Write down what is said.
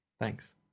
Thanks